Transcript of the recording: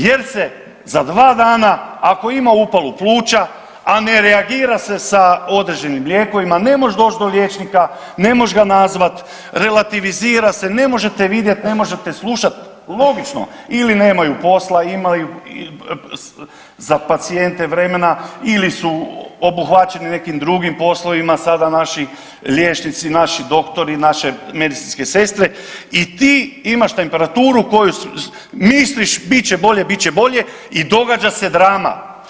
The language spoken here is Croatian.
Jer se za 2 dana ako ima upalu pluća, a ne reagira se sa određenim lijekovima, ne možeš doći do liječnika, ne možeš ga nazvat, relativizira se, ne može te vidjet, ne može te slušat, logično ili nemaju posla, imaju za pacijente vremena ili su obuhvaćeni nekim drugim poslovima sada naši liječnici, naši doktori, naše medicinske sestre i ti imaš temperaturu koju misliš bit će bolje, bit će bolje i događa se drama.